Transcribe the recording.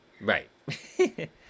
Right